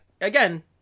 again